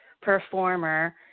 performer